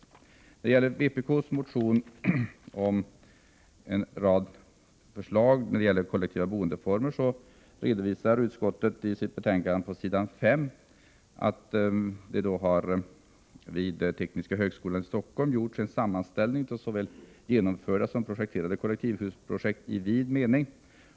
När det gäller vpk:s motion med en rad förslag om kollektiva boendeformer redovisar utskottet i sitt betänkande på sidan 5 att det vid tekniska högskolan i Stockholm gjorts en sammanställning av såväl genomförda som projekterade kollektivhusprojekt i vid mening.